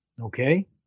Okay